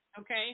Okay